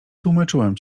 tłumaczyłam